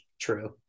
True